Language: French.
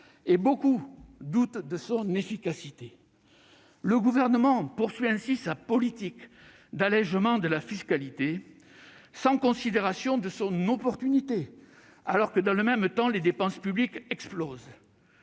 et beaucoup doutent de son efficacité. Le Gouvernement poursuit ainsi sa politique d'allégement de la fiscalité, sans prendre en considération son opportunité, alors que, dans le même temps, les dépenses publiques explosent.